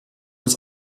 als